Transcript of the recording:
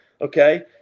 okay